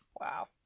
Wow